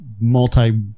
multi-